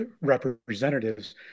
representatives